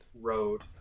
road